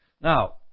Now